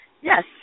Yes